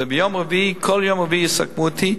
וכל יום רביעי יסכמו אתי,